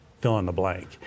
fill-in-the-blank